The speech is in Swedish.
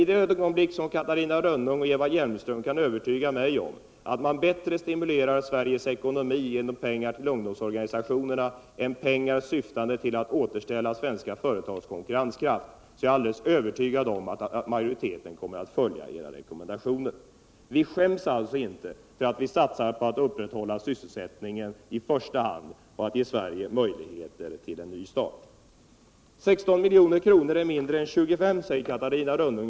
I det ögonblick som Eva Hjelmström och Catarina Rönnung kan övertyga oss om att man bättre stimulerar Sveriges ekonomi genom atl ge pengar till ungdomsorganisationerna än genom att ge pengar som syftar till att återställa svenska företags konkurrenskraft, är jag säker på att majoriteten kommer att följa era rekommendationer. Vi skäms alltså inte för att vi i första hand satsar på att upprätthålla sysselsättningen och på så sätt ge Sverige möjligheter till en ny start. Catarina Rönnung säger att 16 milj.kr. är mindre än 25 milj.kr.